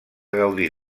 gaudir